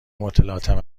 متلاطم